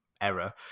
error